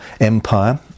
Empire